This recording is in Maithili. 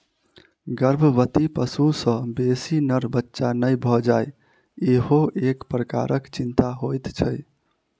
गर्भवती पशु सॅ बेसी नर बच्चा नै भ जाय ईहो एक प्रकारक चिंता होइत छै